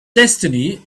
destiny